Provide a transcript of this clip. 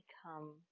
Become